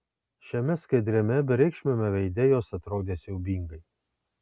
šiame skaidriame bereikšmiame veide jos atrodė siaubingai